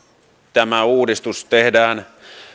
tämä uudistus tehdään